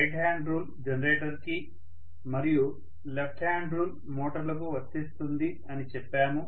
right hand rule generator కి మరియు left hand rule motor లకు వర్తిస్తుంది అని చెప్పాము